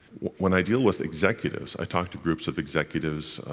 when i deal with executives i talk to groups of executives,